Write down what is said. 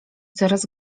coraz